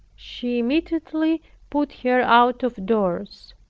she immediately put her out of doors.